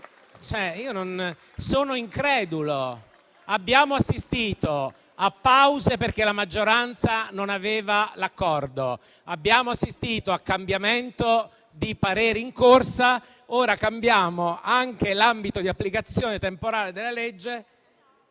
Sono incredulo. Abbiamo assistito a pause perché la maggioranza non aveva l'accordo. Abbiamo assistito al cambiamento di pareri in corsa e ora cambiamo anche l'ambito di applicazione temporale della legge.